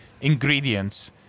ingredients